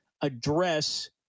address